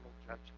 judgment